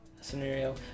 scenario